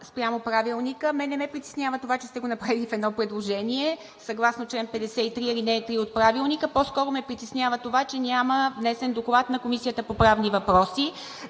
спрямо Правилника, мен не ме притеснява това, че сте го направили в едно предложение – съгласно чл. 53, ал. 3 от Правилника. По-скоро ме притеснява това, че няма внесен доклад на Комисията по правни въпроси.